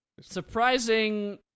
Surprising